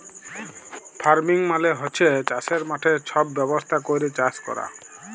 farming মালে হছে চাষের মাঠে ছব ব্যবস্থা ক্যইরে চাষ ক্যরা